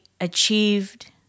achieved